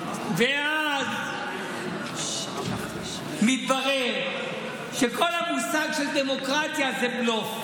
ואז מתברר שכל המושג של דמוקרטיה זה בלוף.